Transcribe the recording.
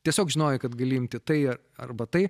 tiesiog žinojai kad gali imti tai arba tai